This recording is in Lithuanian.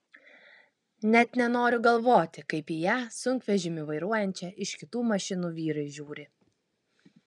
net nenoriu galvoti kaip į ją sunkvežimį vairuojančią iš kitų mašinų vyrai žiūri